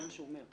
גם שם רצית.